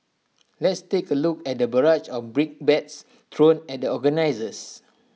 let's take A look at the barrage of brickbats thrown at the organisers